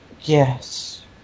Yes